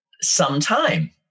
sometime